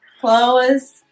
clothes